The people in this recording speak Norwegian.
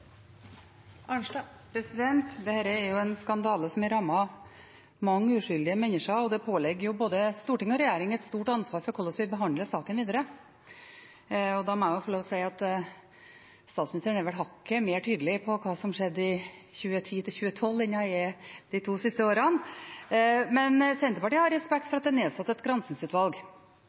er en skandale som har rammet mange uskyldige mennesker. Det påligger både storting og regjering et stort ansvar for hvordan vi behandler saken videre, og da må jeg få lov til å si at statsministeren er vel hakket mer tydelig på hva som skjedde i 2010–2012, enn hun er hva gjelder de to siste årene. Men Senterpartiet har respekt for at det er nedsatt et